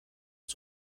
der